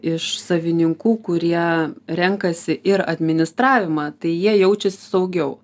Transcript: iš savininkų kurie renkasi ir administravimą tai jie jaučias saugiau